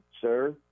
sir